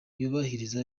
yubahiriza